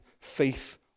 faith